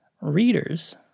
readers